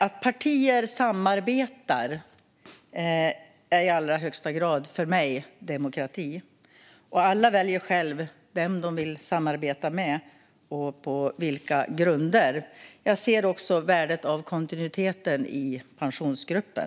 Att partier samarbetar är för mig i allra högsta grad demokrati. Alla väljer själva vem de vill samarbeta med och på vilka grunder. Jag ser också värdet av kontinuiteten i Pensionsgruppen.